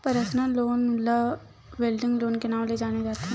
personal loan ल wedding loan के नांव ले जाने जाथे